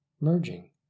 merging